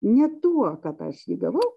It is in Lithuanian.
ne tuo kad aš jį gavau